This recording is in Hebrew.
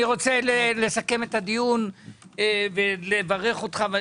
אני רוצה לסכם את הדיון ולברך אותך.